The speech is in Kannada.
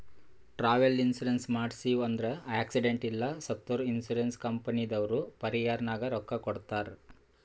ಟ್ರಾವೆಲ್ ಇನ್ಸೂರೆನ್ಸ್ ಮಾಡ್ಸಿವ್ ಅಂದುರ್ ಆಕ್ಸಿಡೆಂಟ್ ಇಲ್ಲ ಸತ್ತುರ್ ಇನ್ಸೂರೆನ್ಸ್ ಕಂಪನಿದವ್ರು ಪರಿಹಾರನಾಗ್ ರೊಕ್ಕಾ ಕೊಡ್ತಾರ್